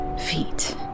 feet